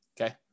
Okay